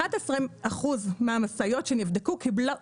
11% מהמשאיות שנבדקו קיבלו